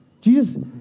Jesus